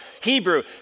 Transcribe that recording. Hebrew